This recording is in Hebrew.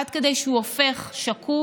עד כדי שהוא הופך שקוף,